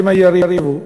שמא יריבו.